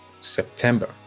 September